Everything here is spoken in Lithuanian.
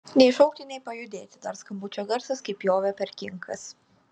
nei šaukti nei pajudėti dar skambučio garsas kaip pjovė per kinkas